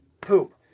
Poop